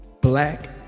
Black